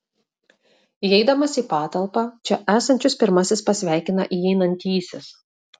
įeidamas į patalpą čia esančius pirmasis pasveikina įeinantysis